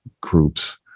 groups